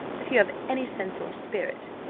if you have any sense or spirit,